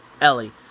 Ellie